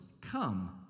come